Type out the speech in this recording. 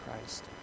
Christ